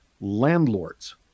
landlords